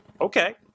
okay